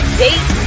date